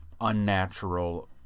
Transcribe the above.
unnatural